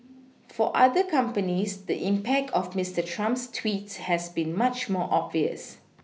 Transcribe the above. for other companies the impact of Mister Trump's tweets has been much more obvious